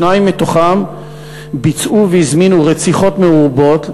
שניים מתוכם ביצעו והזמינו רציחות מרובות,